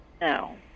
no